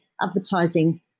advertising